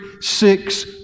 six